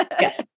Yes